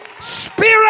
Spirit